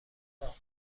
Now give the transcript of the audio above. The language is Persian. داد